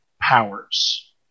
powers